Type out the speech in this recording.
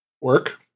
work